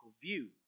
view